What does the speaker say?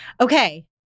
Okay